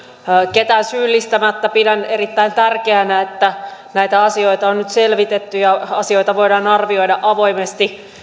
ketään syyllistämättä pidän erittäin tärkeänä että näitä asioita on nyt selvitetty ja asioita voidaan arvioida avoimesti